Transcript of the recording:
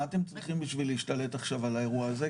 מה אתם צריכים בשביל להשתלט עכשיו על האירוע הזה?